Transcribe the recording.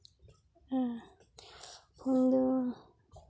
ᱟᱨ phone ᱫᱚ